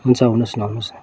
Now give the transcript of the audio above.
हुन्छ आउनुहोस् न आउनुहोस् न